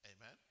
amen